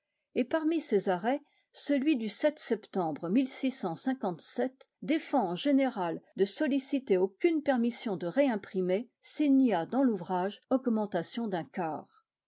et parmi ces arrêts celui du septembre défend en général de solliciter aucune permission de réimprimer s'il n'y a dans l'ouvrage augmentation d'un quart